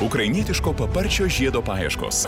ukrainietiško paparčio žiedo paieškos